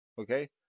okay